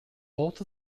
both